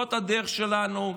זאת הדרך שלנו,